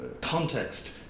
context